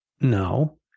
No